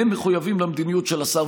מחויבים למדיניות של השר.